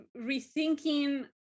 rethinking